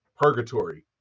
purgatory